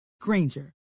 Granger